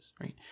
right